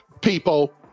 people